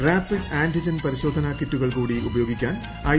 rapid antigen പരിശോധന കിറ്റുകൾ കൂടി ഉപയോഗിക്കാൻ ഐ